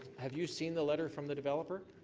have you seen the letter from the developer?